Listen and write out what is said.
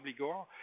obligor